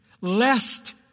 lest